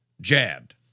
jabbed